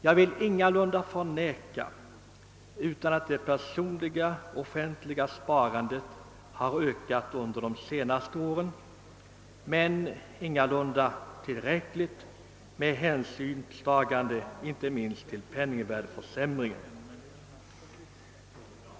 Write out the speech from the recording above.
Jag vill inte förneka att det personliga sparandet har ökat under de senaste åren, men ökningen är ingalunda tillräcklig med hänsynstagande inte minst till penningvärdeförsämringen.